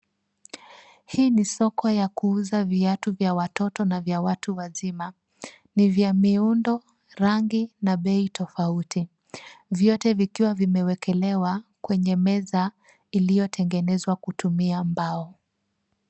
Hii ni soko ya kuuza viatu vya watoto na watu wazima ni vya miundo rangi na bei tofauti. Vyote vikiwa vimewekelewa kwenye meza iliyotengenezwa kutumia mbao.